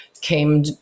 came